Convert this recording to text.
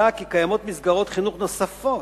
כי קיימות מסגרות חינוך נוספות,